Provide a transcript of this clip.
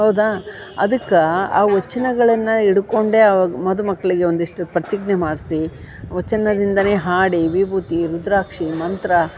ಹೌದಾ ಅದಕ್ಕೆ ಆ ವಚನಗಳನ್ನ ಇಟ್ಕೊಂಡೇ ಆವಾಗ ಮಧುಮಕ್ಕಳಿಗೆ ಒಂದಿಷ್ಟು ಪ್ರತಿಜ್ಞೆ ಮಾಡ್ಸಿ ವಚನದಿಂದನೆ ಹಾಡಿ ವಿಭೂತಿ ರುದ್ರಾಕ್ಷಿ ಮಂತ್ರ